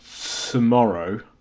tomorrow